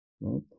right